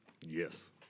Yes